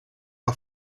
are